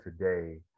today